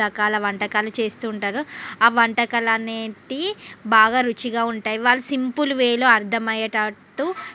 రకాల వంటకాలు చేస్తూ ఉంటారు ఆ వంటకాలనేటివి బాగా రుచిగా ఉంటాయి వాళ్ళు సింపుల్ వేలో అర్దమయ్యేటట్టు